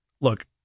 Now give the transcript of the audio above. look